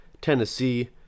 Tennessee